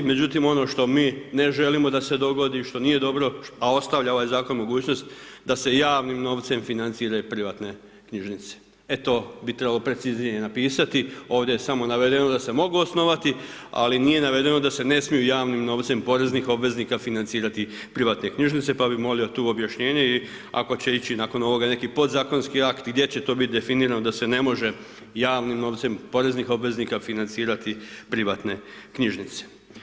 Međutim ono što mi ne želimo da se dogodi, što nije dobro, a ostavlja ovaj zakon mogućnost, da se javnim novcem financira i privatne knjižnice, e to bi trebalo preciznije napisati, ovdje je samo navedeno da se mogu osnovati, ali nije navedeno da se ne smiju javnim novcem poreznih obveznika financirati privatne knjižnice, pa bih molio tu objašnjenje i ako će ići nakon ovoga neki podzakonski akt gdje će to biti definirano da se ne može javnim novcem poreznih obveznika financirati privatne knjižnice.